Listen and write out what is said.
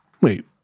Wait